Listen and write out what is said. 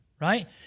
Right